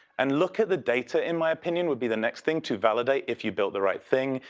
and look at the data, in my opinion, would be the next thing to validate if you built the right thing.